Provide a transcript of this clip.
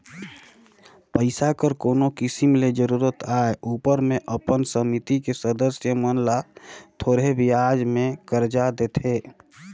पइसा कर कोनो किसिम ले जरूरत आए उपर में अपन समिति के सदस्य मन ल थोरहें बियाज में करजा देथे